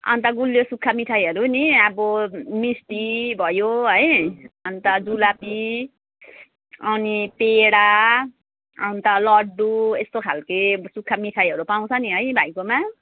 अन्त गुलियो सुक्खा मिठाईहरू नि अब मिस्टी भयो है अन्त जुलापी अनि पेडा अन्त लड्डु यस्तो खाल्के सुक्खा मिठाईहरू पाउँछ नि है भाइकोमा